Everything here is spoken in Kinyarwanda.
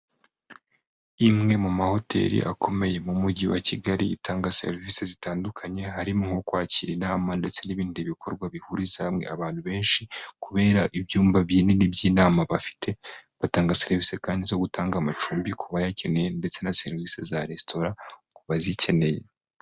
Imwe mu mahoteli akomeye mu mujyi wa Kigali itanga serivisi zitandukanye harimo nko kwakira inama ndetse n'ibindi bikorwa bihuriza hamwe abantu benshi, kubera ibyumba binini by'inama bafite batanga serivisi kandi zo gutanga amacumbi ku bayakeneye ndetse na serivisi za resitora ku bazikeneye.